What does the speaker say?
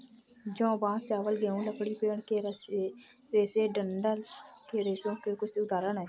जौ, बांस, चावल, गेहूं, लकड़ी, पेड़ के रेशे डंठल के रेशों के कुछ उदाहरण हैं